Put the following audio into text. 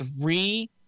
three